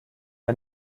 wir